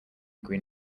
green